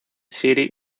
city